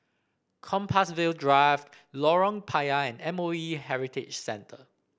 Compassvale Drive Lorong Payah and M O E Heritage Centre